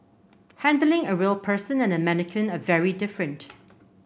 handling a real person and a mannequin are very different